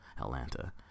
Atlanta